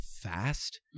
fast